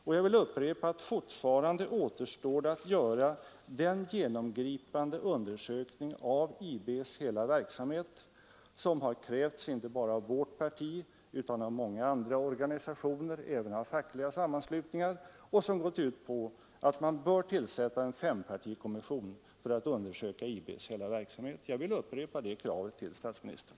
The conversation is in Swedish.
Och jag vill upprepa att fortfarande återstår det att göra den genomgripande undersökning av IB:s hela verksamhet som har krävts inte bara av vårt parti utan av många andra organisationer — även av fackliga sammanslutningar — och som gått ut på att man bör tillsätta en fempartikommission för att undersöka IB:s hela verksamhet. Jag upprepar alltså det kravet till statsministern.